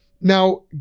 Now